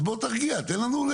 אז בוא תרגיע, תן לנו.